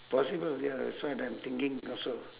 possible ya that's what I'm thinking also